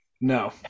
No